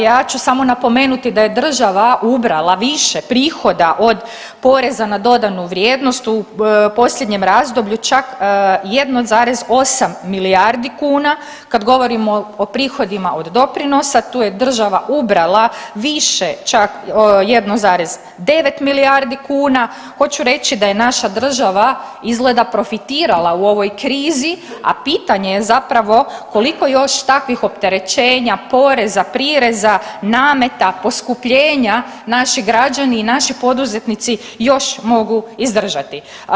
Ja ću samo napomenuti da je država ubrala više prihoda od poreza na dodanu vrijednost u posljednjem razdoblju čak 1,8 milijardi kuna, kad govorimo o prihodima od doprinosa tu je država ubrala više čak 1,9 milijardi kuna, hoću reći da je naša država izgleda profitirala u ovoj krizi, a pitanje je zapravo koliko još takvih opterećenja poreza, prireza, nameta, poskupljenja naši građani i naši poduzetnici još mogu izdržati.